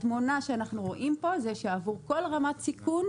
התמונה שאנחנו רואים פה היא שעבור כל רמת סיכון,